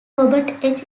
robert